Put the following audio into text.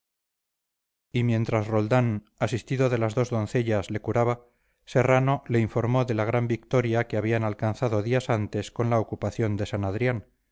y mientras roldán asistido de las dos doncellas le curaba serrano le informó de la gran victoria que habían alcanzado días antes con la ocupación de san adrián